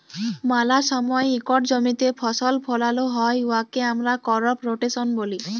ম্যালা সময় ইকট জমিতে ফসল ফলাল হ্যয় উয়াকে আমরা করপ রটেশল ব্যলি